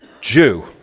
Jew